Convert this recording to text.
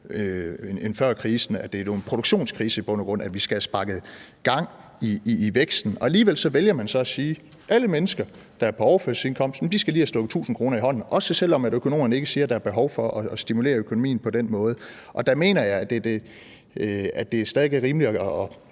Det er i bund og grund en produktionskrise, og vi skal have sparket gang i væksten. Alligevel vælger man at sige, at alle mennesker, der er på overførselsindkomst, lige skal have stukket 1.000 kr. i hånden, også selv om økonomerne siger, at der ikke er behov for at stimulere økonomien på den måde. Derfor mener jeg, at det stadig væk er rimeligt at